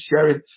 sharing